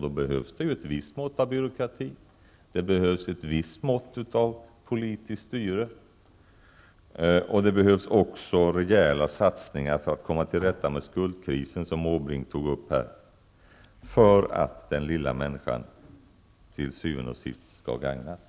Då behövs det ett visst mått av byråkrati, det behövs ett visst mått av politiskt styre och det behövs också rejäla satsningar för att komma till rätta med skuldkrisen, som Måbrink tog upp, för att den lilla människan tild syvende og sidst skall gagnas.